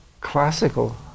classical